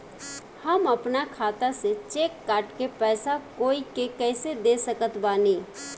हम अपना खाता से चेक काट के पैसा कोई के कैसे दे सकत बानी?